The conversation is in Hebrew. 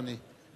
אדוני,